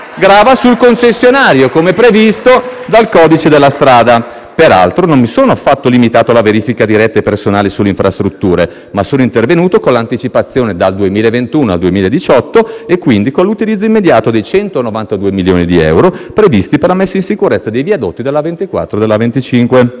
M5S.* *Commenti della senatrice Malpezzi**).* Peraltro non mi sono affatto limitato alla verifica diretta e personale sulle infrastrutture, ma sono intervenuto con l'anticipazione dal 2021 al 2018 e quindi con l'utilizzo immediato dei 192 milioni di euro previsti per la messa in sicurezza dei viadotti della A24 e della A25.